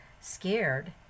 scared